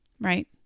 right